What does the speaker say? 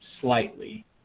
slightly